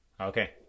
Okay